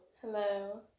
Hello